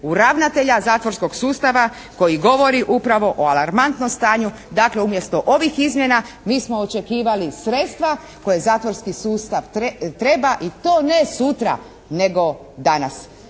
ravnatelja zatvorskog sustava koji govori upravo o alarmantnom stanju. Dakle, umjesto ovih izmjena, mi smo očekivali sredstva koje zatvorski sustav treba i to ne sutra, nego danas.